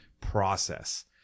process